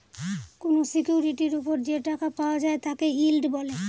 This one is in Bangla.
কোনো সিকিউরিটির ওপর যে টাকা পাওয়া যায় তাকে ইল্ড বলে